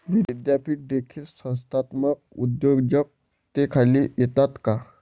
विद्यापीठे देखील संस्थात्मक उद्योजकतेखाली येतात का?